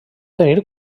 tenir